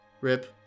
Rip